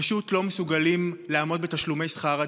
פשוט לא מסוגלים לעמוד בתשלומי שכר הדירה.